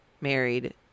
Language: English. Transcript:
married